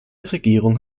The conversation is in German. regierung